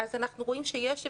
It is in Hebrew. אז אנחנו רואים שיש הבדל.